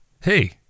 Hey